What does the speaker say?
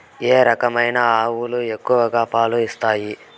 ఏ రకమైన ఆవులు ఎక్కువగా పాలు ఇస్తాయి?